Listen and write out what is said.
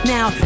Now